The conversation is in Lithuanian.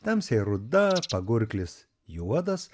tamsiai ruda pagurklis juodas